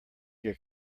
your